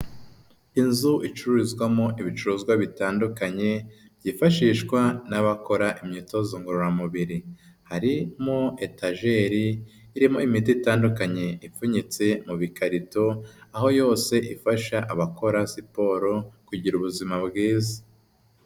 Inzu icururizwamo ibicuruzwa bitandukanye byifashishwa n'abakora imyitozo ngororamubiri, harimo etajeri irimo imiti itandukanye, ipfunyitse mu bikarito aho yose ifasha abakora siporo kugira ubuzima bwiza.